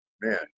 Man